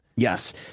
Yes